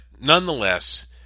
nonetheless